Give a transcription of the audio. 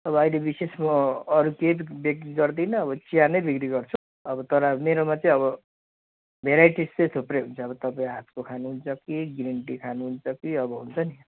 अब अहिले विशेष म अरू केही बि बिक्री गर्दिनँ अब चिया नै बिक्री गर्छु अब तर अब मेरोमा चाहिँ अब भेराइटी चाहिँ थुप्रै हुन्छ अब तपाईँ हातको खानुहुन्छ कि ग्रिन टी खानुहुन्छ कि अब हुन्छ नि